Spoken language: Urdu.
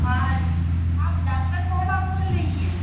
ہاں آپ ڈاکٹر صاحبہ بول رہی ہیں